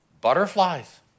butterflies